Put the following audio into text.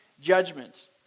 judgment